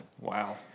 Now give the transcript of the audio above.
Wow